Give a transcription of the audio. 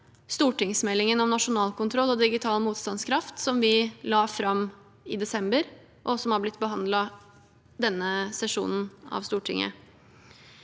stortingsmeldingen om nasjonal kontroll og digital motstandskraft som vi la fram i desember, og som har blitt behandlet denne sesjonen av Stortinget.